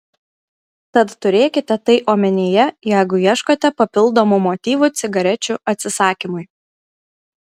tad turėkite tai omenyje jeigu ieškote papildomų motyvų cigarečių atsisakymui